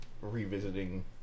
revisiting